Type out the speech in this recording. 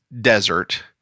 desert